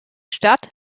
stadt